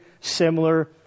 similar